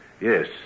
Yes